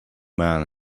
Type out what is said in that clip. man